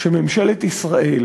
שממשלת ישראל